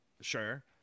Sure